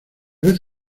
vez